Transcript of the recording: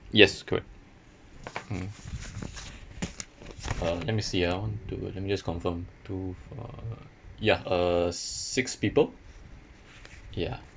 yes correct mm uh let me see ah two let me just confirm two uh ya uh six people ya